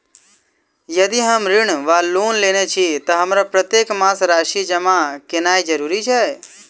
यदि हम ऋण वा लोन लेने छी तऽ हमरा प्रत्येक मास राशि जमा केनैय जरूरी छै?